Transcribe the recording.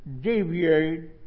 deviate